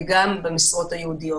וגם במשרות הייעודיות.